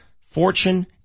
fortune